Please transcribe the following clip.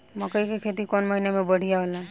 मकई के खेती कौन महीना में बढ़िया होला?